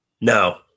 No